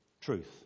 truth